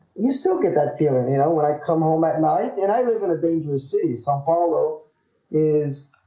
you still get that feeling, you know when i come home at night and i was going to dangerous city sao paulo is